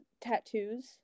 tattoos